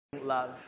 love